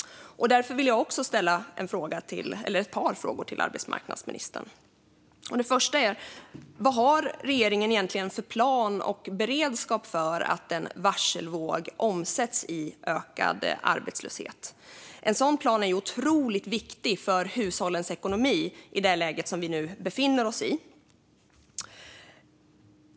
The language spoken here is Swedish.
Därför vill jag ställa ett par frågor till arbetsmarknadsministern. Vad har regeringen egentligen för plan och beredskap för att en varselvåg omsätts i ökad arbetslöshet? En sådan plan är ju otroligt viktig för hushållens ekonomi i det läge som vi nu befinner oss i.